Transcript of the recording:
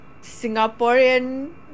Singaporean